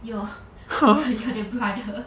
you're you're the brother